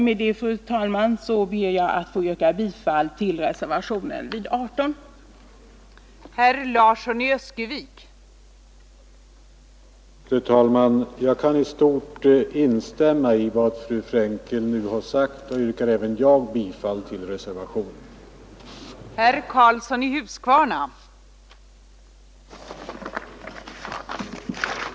Med det anförda ber jag att få yrka bifall till reservationen 18 av herr Gustavsson i Alvesta m.fl.